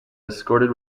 escorted